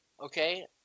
okay